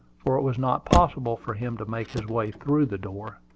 for it was not possible for him to make his way through the door.